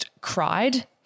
cried